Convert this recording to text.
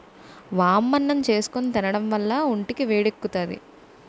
వామన్నం చేసుకుని తినడం వల్ల ఒంటికి వేడెక్కుతాది